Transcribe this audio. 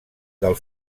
del